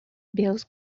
bills